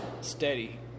steady